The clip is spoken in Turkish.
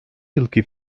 yılki